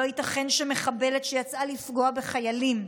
לא ייתכן שמחבלת שיצאה לפגוע בחיילים,